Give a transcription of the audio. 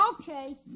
Okay